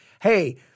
hey